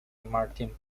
martin